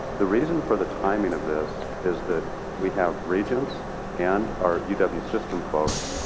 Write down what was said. the reason for the timing of this is that we have regents and our uw system folks,